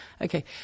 Okay